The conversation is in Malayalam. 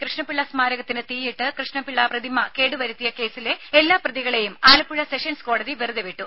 കൃഷ്ണപിള്ള സ്മാരകത്തിന് തീയിട്ട് കൃഷ്ണ പിള്ളയുടെ പ്രതിമ കേട് വരുത്തിയ കേസിലെ എല്ലാ പ്രതികളെയും ആലപ്പുഴ സെഷൻസ് കോടതി വെറുതെ വിട്ടു